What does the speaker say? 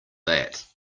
that